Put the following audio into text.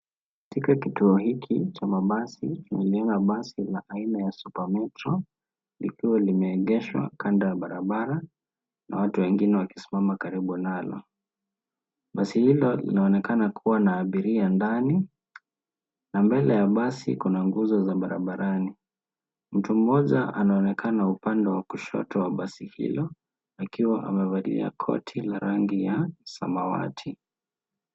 Katika kituo hiki cha mabasi, kuna aina ya basi la supermetro, likiwa limmegeshwa kando ya barabara, na watu wengine wakisimama karibu nalo, basi hilo linaonekana kuwa na abiria ndani na mbele ya basi kuna nguzo za barabarani mtu mmoja anaonekana kwenye upande wa kushoto wa basi hilo akiwa amevalia koti la rangi ya samawati.